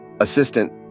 assistant